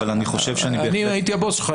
אבל אני חושב שאני בהחלט --- אם הייתי הבוס שלך,